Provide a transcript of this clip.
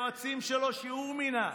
יועצים שלו שהוא מינה,